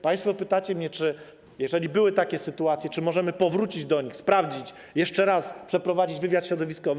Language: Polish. Państwo pytacie mnie, czy jeżeli były takie sytuacje, to czy możemy powrócić do nich, sprawdzić, jeszcze raz przeprowadzić wywiad środowiskowy.